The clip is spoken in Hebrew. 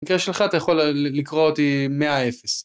במקרה שלך אתה יכול לקרוא אותי מאה אפס.